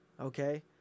okay